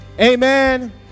amen